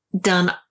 done